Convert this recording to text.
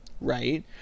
right